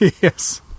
yes